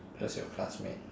just your classmate